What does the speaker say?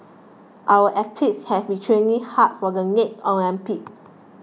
our athletes have been training hard for the next Olympics